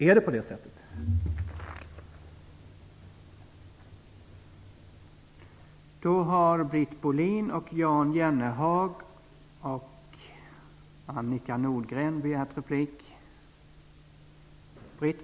Är det på det sättet?